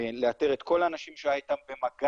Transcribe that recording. ולאתר את כל האנשים שהוא היה איתם במגע